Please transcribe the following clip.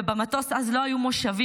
ובמטוס אז לא היו מושבים,